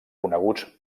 coneguts